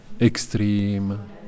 extreme